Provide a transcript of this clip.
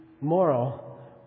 moral